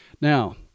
Now